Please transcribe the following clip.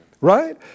right